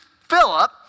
Philip